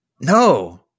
No